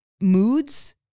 moods